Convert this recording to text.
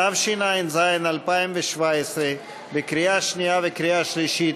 התשע"ז 2017, בקריאה שנייה וקריאה שלישית.